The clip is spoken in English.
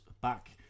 back